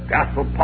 Gospel